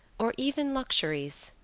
or even luxuries.